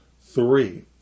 Three